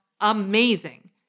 amazing